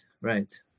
right